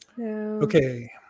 okay